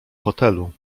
hotelu